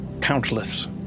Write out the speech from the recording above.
Countless